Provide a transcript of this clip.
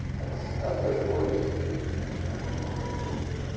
that's that's their choice, every every company kinda does it a little bit